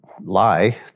lie